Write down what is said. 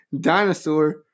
dinosaur